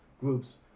groups